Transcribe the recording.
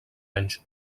anys